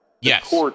Yes